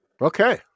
Okay